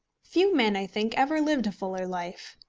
few men, i think, ever lived a fuller life.